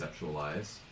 conceptualize